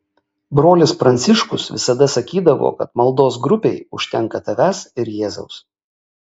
brolis pranciškus visada sakydavo kad maldos grupei užtenka tavęs ir jėzaus